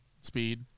speed